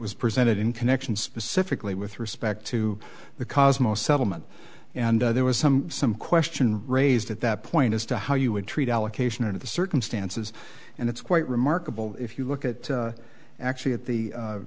was presented in connection specifically with respect to the cosmos settlement and there was some some question raised at that point as to how you would treat allocation of the circumstances and it's quite remarkable if you look at actually at the